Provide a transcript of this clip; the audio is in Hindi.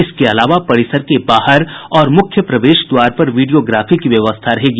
इसके अलावा परिसर के बाहर और मुख्य प्रवेश द्वार पर विडियोग्राफी की व्यवस्था रहेगी